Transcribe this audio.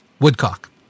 Woodcock